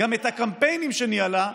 גם את הקמפיינים שניהלה,